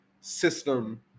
system